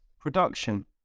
production